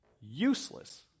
useless